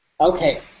Okay